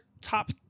top